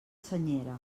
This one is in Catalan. senyera